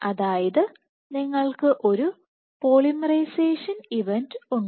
അതായത് നിങ്ങൾക്ക് ഒരു പോളിമറൈസേഷൻ ഇവന്റ് ഉണ്ട്